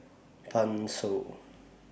Pan Shou